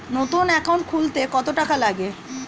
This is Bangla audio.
নতুন একাউন্ট খুলতে কত টাকা লাগে?